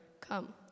come